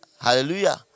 Hallelujah